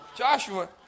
Joshua